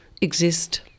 exist